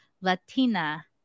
Latina